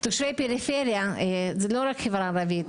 תושבי פריפריה הם לא רק החברה הערבית,